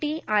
TA I